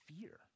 fear